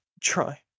Try